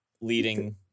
leading